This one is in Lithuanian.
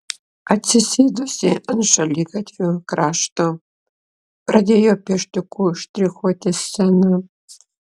atsisėdusi ant šaligatvio krašto pradėjo pieštuku štrichuoti sceną